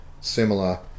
similar